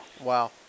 Wow